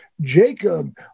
Jacob